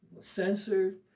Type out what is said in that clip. censored